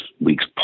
week's